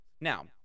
Now